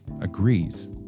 agrees